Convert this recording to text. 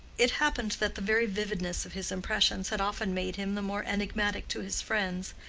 it happened that the very vividness of his impressions had often made him the more enigmatic to his friends,